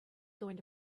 going